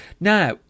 Now